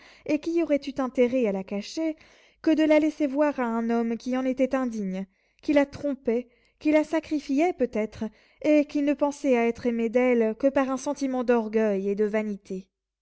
et qui aurait eu intérêt à la cacher que de la laisser voir à un homme qui en était indigne qui la trompait qui la sacrifiait peut-être et qui ne pensait à être aimé d'elle que par un sentiment d'orgueil et de vanité